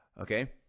Okay